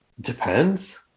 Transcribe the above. depends